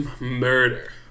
murder